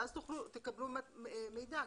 ואז תקבלו מידע,